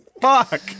Fuck